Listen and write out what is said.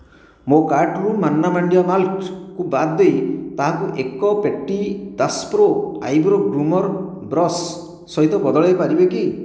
ମୋ କାର୍ଟ୍ରୁ ମାନ୍ନା ମାଣ୍ଡିଆ ମାଲ୍ଟ କୁ ବାଦ୍ ଦେଇ ତାହାକୁ ଏକ ପେଟି Dash Pro eyebrow groomer brush ସହିତ ବଦଳାଇ ପାରିବେ କି